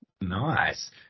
Nice